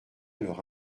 leur